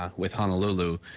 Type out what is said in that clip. um with honolulu,